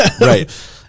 Right